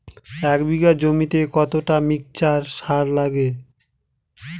এক বিঘা জমিতে কতটা মিক্সচার সার লাগে?